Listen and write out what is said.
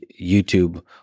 YouTube